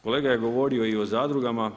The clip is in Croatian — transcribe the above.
Kolega je govorio i o zadrugama.